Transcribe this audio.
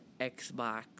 Xbox